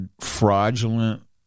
fraudulent